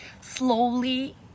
slowly